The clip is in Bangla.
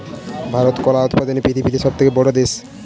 ভারত কলা উৎপাদনে পৃথিবীতে সবথেকে বড়ো দেশ